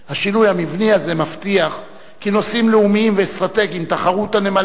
השינוי המבני הזה מבטיח כי נושאים לאומיים ואסטרטגיים תחרות הנמלים,